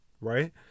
Right